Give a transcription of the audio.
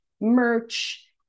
merch